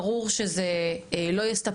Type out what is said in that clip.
זה ברור שרק הדיון הזה לא יספיק,